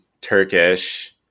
turkish